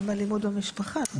גם אלימות במשפחה.